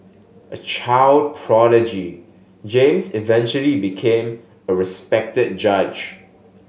a child prodigy James eventually became a respected judge